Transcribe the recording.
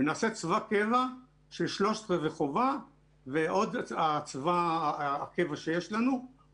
ונעשה צבא קבע של שלושת רבעי חובה ועוד צבא הקבע שיש לנו,